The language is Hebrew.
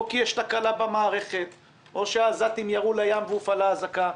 או כי יש תקלה במערכת או שהעזתים ירו לים והופעלה אזעקה,